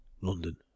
London